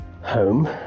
home